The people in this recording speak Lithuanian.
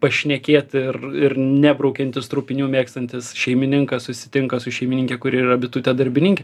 pašnekėt ir ir netraukiantis trupinių mėgstantis šeimininkas susitinka su šeimininke kuri yra bitutė darbininkė